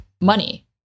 money